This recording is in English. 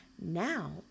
Now